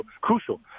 crucial